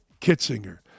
Kitzinger